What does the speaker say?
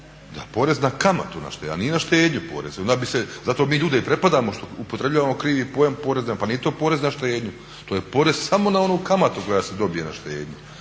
12% porez na kamatu na štednju, a nije na štednju porez, zato mi ljude prepadamo što upotrebljavamo krivi pojam poreza, pa nije to porez na štednju, to je porez samo na onu kamatu koja se dobije na štednju